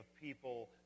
people